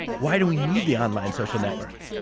why do we need the online social network?